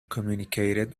communicated